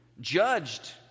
judged